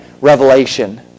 revelation